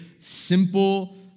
simple